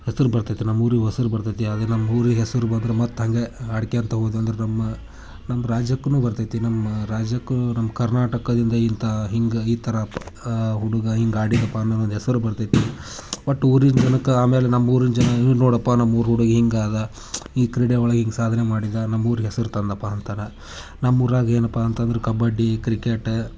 ಹೆಸರು ಬರ್ತೈತೆ ನಮ್ಮೂರಿಗೆ ಹೆಸ್ರು ಬರ್ತೈತೆ ಅದೇ ನಮ್ಮೂರಿಗೆ ಹೆಸರು ಬಂದರೆ ಮತ್ತೆ ಹಾಗೆ ಆಡ್ಕ್ಯಂತ ಹೋದ್ವ್ಯಂದ್ರೆ ನಮ್ಮ ನಮ್ಮ ರಾಜ್ಯಕ್ಕು ಬರ್ತೈತೆ ನಮ್ಮ ರಾಜ್ಯಕ್ಕೂ ನಮ್ಮ ಕರ್ನಾಟಕದಿಂದ ಇಂಥ ಹಿಂಗೆ ಈ ಥರ ಹುಡುಗ ಹಿಂಗೆ ಆಡಿದ್ನಪ್ಪ ಅನ್ನೋ ಒಂದು ಹೆಸರು ಬರ್ತೈತೆ ಒಟ್ಟು ಊರಿನ ಜನಕ್ಕೆ ಆಮೇಲೆ ನಮ್ಮೂರಿನ ಜನ ಏ ನೋಡಪ್ಪ ನಮ್ಮೂರ ಹುಡುಗ ಹೀಗಾದ ಈ ಕ್ರೀಡೆ ಒಳಗೆ ಹಿಂಗೆ ಸಾಧನೆ ಮಾಡಿದ ನಮ್ಮೂರ್ಗೆ ಹೆಸರು ತಂದನಪ್ಪಾ ಅಂತಾರೆ ನಮ್ಮೂರ್ನಾಗೆ ಏನಪ್ಪ ಅಂತಂದ್ರೆ ಕಬಡ್ಡಿ ಕ್ರಿಕೆಟ